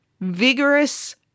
vigorous